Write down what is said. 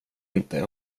inte